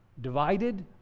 divided